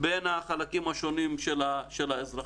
בין החלקים השונים של האזרחים.